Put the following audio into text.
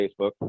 Facebook